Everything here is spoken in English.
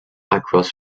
across